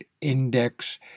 Index